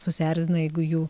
susierzina jeigu jų